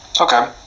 Okay